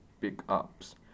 pickups